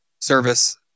service